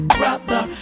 brother